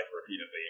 repeatedly